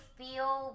feel